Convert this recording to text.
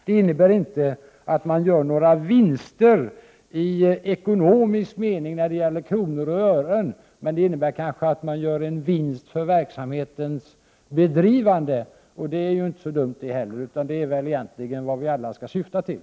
Det innebär inte att man gör några vinster i ekonomisk mening när det gäller kronor och ören. Men det innebär kanske att man gör en vinst för verksamhetens bedrivande. Det är inte så dumt. Det är väl egentligen vad den skall syfta till.